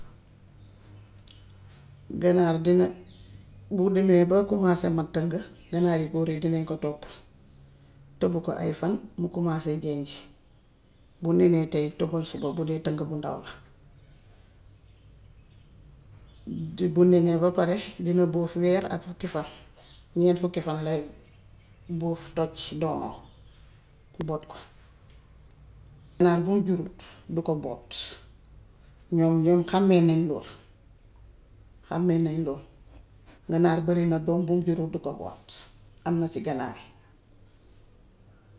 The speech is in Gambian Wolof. Ganaar dina bu demee bay commencer mat tëng ganaar yu góor yi danañ ko toppu, tëbu ko ay fan mu commencer jeñj. Bu neenee tay, tëbal suba bu dee tëng bu ndaw la. Bu neenee ba pare dina bóof weer ak fukki fan ñeen fukki fan lay bóof toj doomom, boot ko. Waaye bu mu jurut du ko boot. Moom moom xàmmee nañ loolu. Xàmmee nañ loolu. Ganaar barina doom bum jurul du ko boot. Am na si ganaar yi.